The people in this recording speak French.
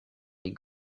des